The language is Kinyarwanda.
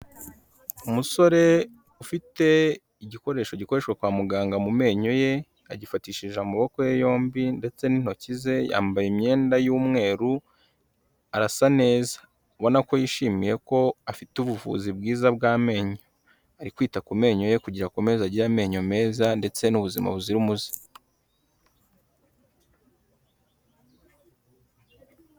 Umusore ufite igikoresho gikoreshwa kwa muganga mu menyo ye agifatishije amaboko ye yombi ndetse n'intoki ze, yambaye imyenda y'umweru arasa neza, ubona ko yishimiye ko afite ubuvuzi bwiza bw'amenyo, ari kwita ku menyo ye kugira akomeze agire amenyo meza ndetse n'ubuzima buzira umuze.